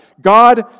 God